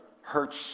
hurts